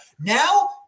now